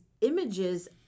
images